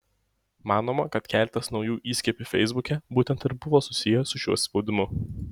manoma kad keletas naujų įskiepių feisbuke būtent ir buvo susiję su šiuo spaudimu